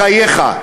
בחייך.